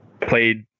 Played